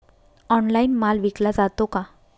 Online माल विकला जातो का?